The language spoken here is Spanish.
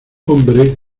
hombre